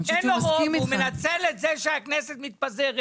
אין לו רוב והוא מנצל את זה שהכנסת מתפזרת,